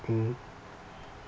mmhmm